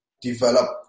develop